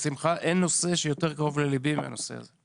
אין נושא שיותר קרוב ללבי מאשר הנושא הזה.